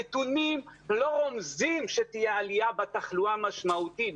הנתונים לא רומזים שתהיה עלייה בתחלואה משמעותית,